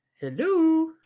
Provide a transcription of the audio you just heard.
hello